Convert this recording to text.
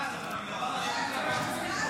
הכנסת מלינובסקי, תודה.